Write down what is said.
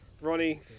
Ronnie